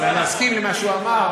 אבל אני מסכים עם מה שהוא אמר,